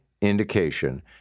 indication –